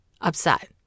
upset